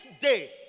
day